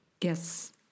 yes